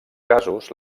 casos